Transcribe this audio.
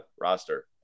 roster